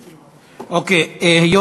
אוקיי.